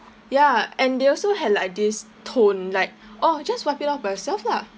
ya and they also had like this tone like oh just wipe it off by yourself lah